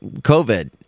COVID